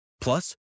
Plus